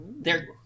They're-